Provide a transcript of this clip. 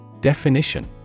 Definition